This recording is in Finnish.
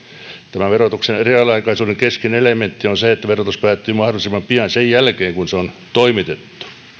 verotuksen reaaliaikaisuuden keskeinen elementti on se että verotus päättyy mahdollisimman pian sen jälkeen kun se on toimitettu